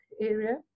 area